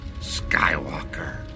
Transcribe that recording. Skywalker